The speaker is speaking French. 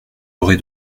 aurez